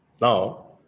Now